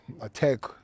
attack